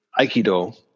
aikido